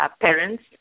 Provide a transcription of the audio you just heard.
parents